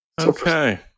Okay